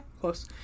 close